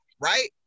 right